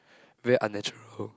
very unnatural